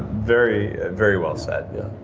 very very well said